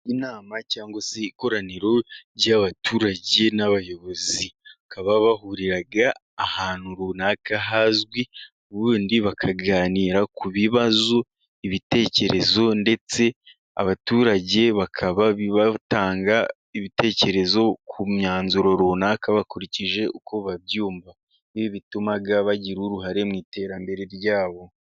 Inama cyangwa se ikoraniro ry'abaturage n'abayobozi. Bakaba bahurira ahantu runaka hazwi, ubundi bakaganira ku bibazo, ibitekerezo, ndetse abaturage bakaba batanga ibitekerezo ku myanzuro runaka bakurikije uko babyumva. Ibi bituma bagira uruhare mu iterambere rya bo.